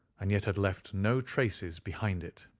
and yet had left no traces behind it.